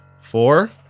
Four